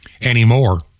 anymore